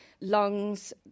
lungs